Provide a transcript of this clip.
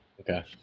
Okay